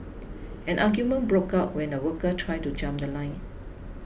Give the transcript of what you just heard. an argument broke out when a worker tried to jump The Line